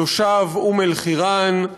תושב אום-אלחיראן,